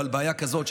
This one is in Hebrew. אבל בעיה כזאת,